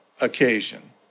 occasion